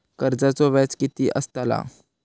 कर्जाचो व्याज कीती असताला?